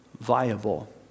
viable